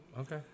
Okay